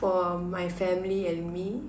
for my family and me